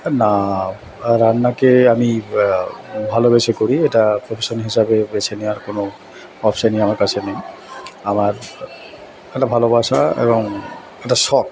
না রান্নাকে আমি ভালোবেসে করি এটা প্রফেশন হিসাবে বেছে নেওয়ার কোনো অপশানই আমার কাছে নেই আমার ভালোবাসা এবং একটা শখ